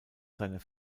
seiner